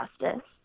justice